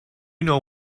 know